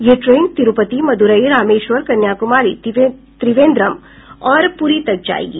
यह ट्रेन तिरुपति मदुरई रामेश्वर कन्याकुमारी त्रिवेंद्रम और पुरी तक जायेगी